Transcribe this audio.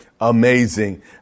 amazing